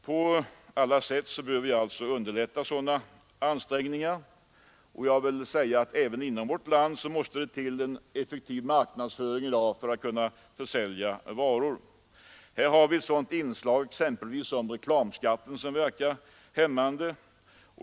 Sådana ansträngningar bör alltså underlättas på allt sätt. Även inom vårt land måste vi i dag ha en effektiv marknadsföring för att kunna sälja varor. I detta avseende verkar reklamskatten hämmande.